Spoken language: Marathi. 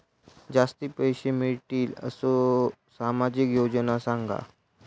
जास्ती पैशे मिळतील असो सामाजिक योजना सांगा?